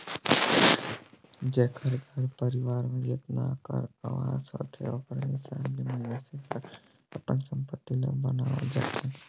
जेकर घर परिवार में जेतना कर आवक होथे ओकर हिसाब ले मइनसे हर अपन संपत्ति ल बनावत जाथे